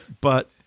But-